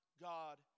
God